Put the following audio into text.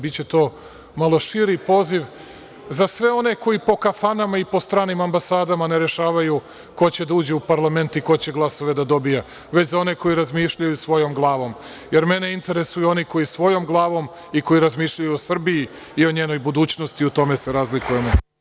Biće to malo širi poziv za sve one koji po kafanama i po stranim ambasadama ne rešavaju ko će da uđe u parlament i ko će glasove da dobija, već za one koji razmišljaju svojom glavom, jer mene interesuju oni koji svojom glavom razmišljaju i koji razmišljaju o Srbiji i o njenoj budućnosti, i u tome se razlikujemo.